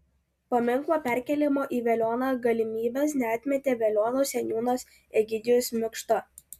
paminklo perkėlimo į veliuoną galimybės neatmetė veliuonos seniūnas egidijus mikšta